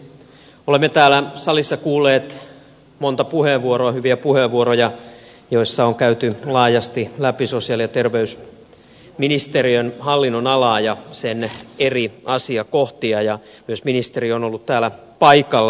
olemme täällä salissa kuulleet monta puheenvuoroa hyviä puheenvuoroja joissa on käyty laajasti läpi sosiaali ja terveysministeriön hallinnonalaa ja sen eri asiakohtia ja myös ministeri on ollut täällä paikalla